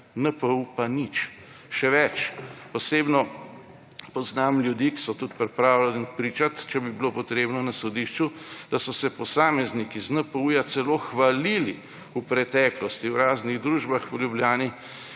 NPU pa nič. Še več! Osebno poznam ljudi, ki so tudi pripravljeni pričati, če bi bilo potrebno na sodišču, da so se posamezniki z NPU celo hvalili v preteklosti v raznih družbah v Ljubljani,